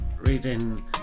reading